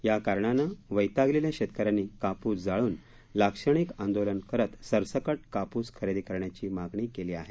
या कारणानं वैतागलेल्या शेतकऱ्यांनी कापूस जाळून लाक्षणिक आंदोलन करत सरसकट कापूस खरेदी करण्याची मागणी केली आहे